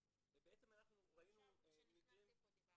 ובעצם אנחנו ראינו -- כשנכנסת לפה דיברתי על זה.